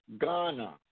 Ghana